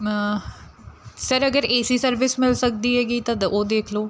ਮ ਸਰ ਅਗਰ A C service ਮਿਲ ਸਕਦੀ ਹੈਗੀ ਤਾਂ ਦ ਉਹ ਦੇਖ ਲਓ